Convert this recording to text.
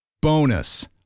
Bonus